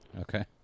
Okay